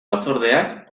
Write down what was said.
batzordeak